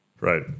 Right